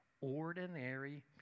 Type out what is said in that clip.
ordinary